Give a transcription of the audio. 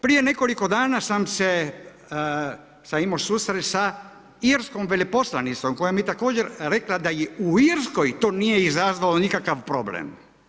Prije nekoliko dana sam se imao susrest sa irskom veleposlanicom koja mi je također rekla da u Irskoj to nije izazvalo nikakav problem.